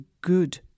good